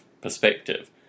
perspective